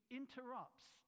interrupts